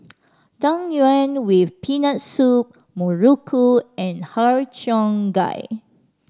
Tang Yuen with Peanut Soup muruku and Har Cheong Gai